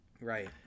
Right